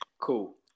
Cool